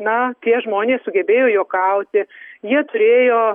na tie žmonės sugebėjo juokauti jie turėjo